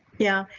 yeah.